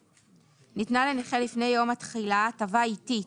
ניתנה לנכה לפני יום התחילה הטבה עיתית